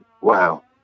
wow